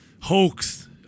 hoax